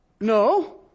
no